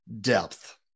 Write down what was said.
Depth